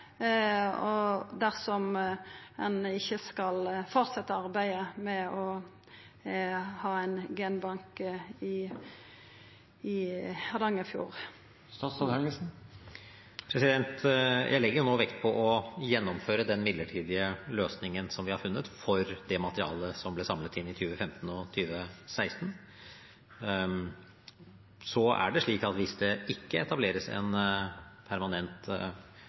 dersom ein ikkje skal fortsetja arbeidet med å få ein genbank i Hardangerfjorden? Jeg legger nå vekt på å gjennomføre den midlertidige løsningen som vi har funnet for det materialet som ble samlet inn i 2015 og 2016. Hvis det ikke etableres en permanent genbank, vil det materialet være forsvunnet for ettertiden. Men det betyr ikke at vi ikke har en